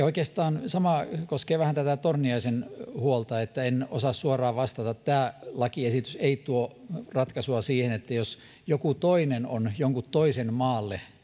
oikeastaan sama koskee vähän tätä torniaisen huolta en osaa suoraan vastata tämä lakiesitys ei tuo ratkaisua siihen miten siinä menetellään jos joku on jonkun toisen maalle